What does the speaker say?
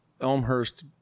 elmhurst